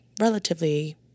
relatively